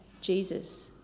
Jesus